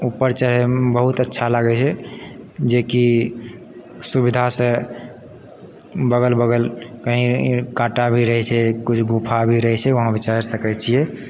उपर चढ़ैमे बहुत अच्छा लागै छै जे कि सुविधासँ बगल बगल कही काटा भी रहै छै किछु गुफा भी रहै छै वहाँ भी चढ़ि सकै छियै